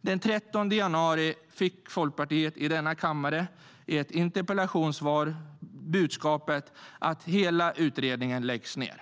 Den 13 januari fick Folkpartiet i denna kammare i ett interpellationssvar budskapet att hela utredningen läggs ned.